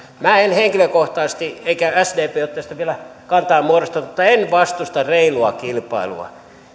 minä en henkilökohtaisesti eikä sdp ole tästä vielä kantaa muodostanut mutta en vastusta reilua kilpailua